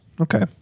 okay